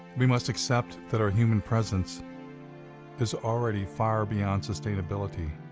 we must accept that our human presence is already far beyond sustainability.